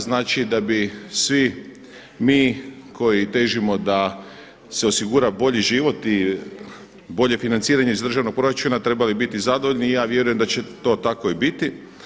Znači, da bi svi mi koji težimo da se osigura bolji život i bolje financiranje iz državnog proračuna trebali biti zadovoljni i ja vjerujem da će to tako i biti.